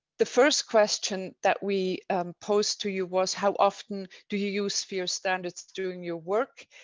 the first question that we posed to you was how often do you use sphere standards during your work?